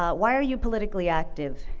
ah why are you politically active?